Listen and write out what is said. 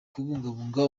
kubungabunga